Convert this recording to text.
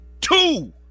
two